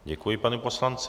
Děkuji panu poslanci.